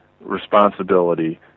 responsibility